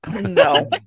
No